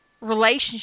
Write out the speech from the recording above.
relationship